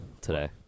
today